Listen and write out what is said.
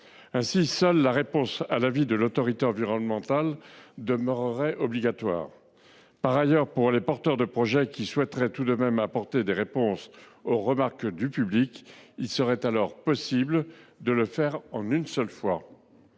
Ainsi, seule la réponse à l’avis de l’autorité environnementale demeurerait obligatoire. Quant aux porteurs de projet qui souhaiteraient tout de même apporter des réponses aux remarques du public, ils pourraient procéder en une seule fois.